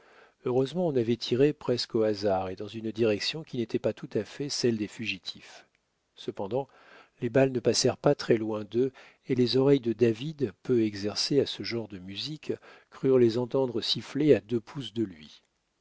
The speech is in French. heureusement on avait tiré presque au hasard et dans une direction qui n'était pas tout à fait celle des fugitifs cependant les balles ne passèrent pas très loin d'eux et les oreilles de david peu exercées à ce genre de musique crurent les entendre siffler à deux pouces de lui